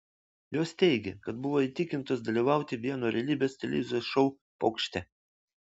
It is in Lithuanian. jos teigia kad buvo įtikintos dalyvauti vieno realybės televizijos šou pokšte